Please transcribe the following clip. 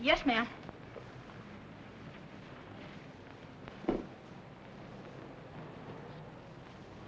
yes ma'am